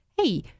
hey